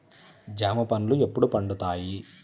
జామ పండ్లు ఎప్పుడు పండుతాయి?